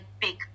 big